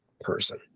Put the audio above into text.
person